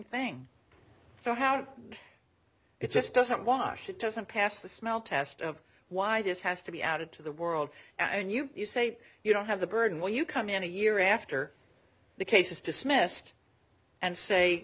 have it just doesn't wash it doesn't pass the smell test of why this has to be added to the world and you you say you don't have the burden will you come in a year after the case is dismissed and say